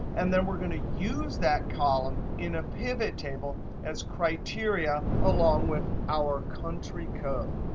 and then we're going to use that column in a pivot table as criteria along with our country code.